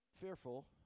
fearful